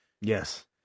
Yes